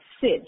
sit